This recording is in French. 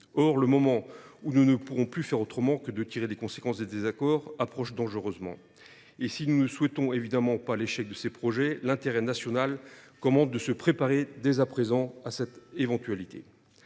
Or le moment où nous ne pourrons plus faire autrement que de tirer les conséquences des désaccords approche dangereusement ; et si nous ne souhaitons évidemment pas l’échec de ces projets, l’intérêt national commande de se préparer dès à présent à cette éventualité.